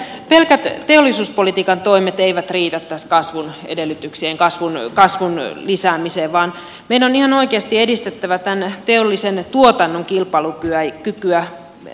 pelkät teollisuuspolitiikan toimet eivät riitä tässä kasvun edellytyksien kasvun lisäämiseen vaan meidän on ihan oikeasti edistettävä tämän teollisen tuotannon kilpailukykyä ja kykyä ja